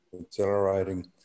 accelerating